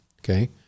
Okay